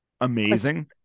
amazing